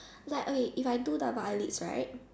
like okay if I do double eyelids right